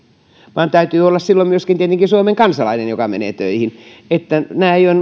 vaan täytyy olla silloin tietenkin myöskin suomen kansalainen joka menee töihin nämä eivät ole